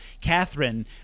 Catherine